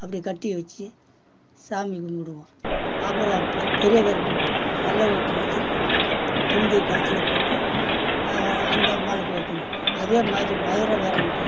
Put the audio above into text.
அப்படி கட்டி வச்சு சாமி கும்பிடுவோம் அப்புறம் பெரிய கருப்புக்கு வெள்ளை வேட்டி எடுத்துத் துண்டு கழுத்தில் போட்டு அந்த அம்பாளுக்கு வைக்கணும் அதேமாதிரி மதுரைகாரனுக்கு